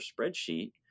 spreadsheet